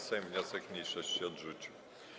Sejm wniosek mniejszości odrzucił.